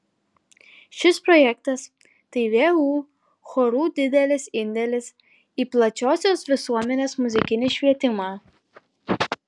šis projektas tai vu chorų didelis indėlis į plačiosios visuomenės muzikinį švietimą